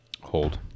Hold